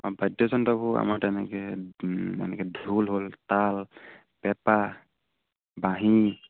অঁ বাদ্যযন্ত্ৰবোৰ আমাৰ তেনেকৈ এনেকৈ ঢোল হ'ল তাল পেঁপা বাঁহী